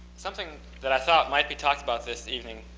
something that i thought might be talked about this evening,